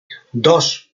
dos